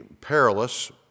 perilous